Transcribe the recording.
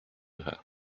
her